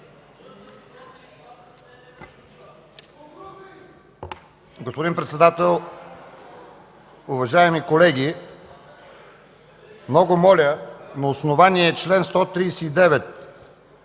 господин председател, уважаеми колеги! Много моля на основание чл. 139,